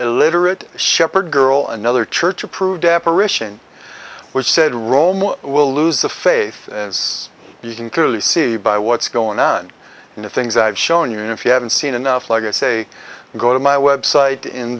illiterate shepherd girl another church approved apparition which said romo will lose the faith as you can clearly see by what's going on in the things i've shown you and if you haven't seen enough like i say go to my website in